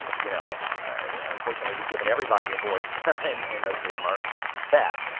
you know unfortunately we've given everybody a voice and and most of them are bad.